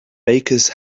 bakers